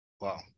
Wow